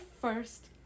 first